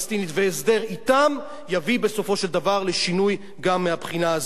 והסדר אתם יביאו בסופו של דבר לשינוי גם מהבחינה הזאת.